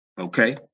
Okay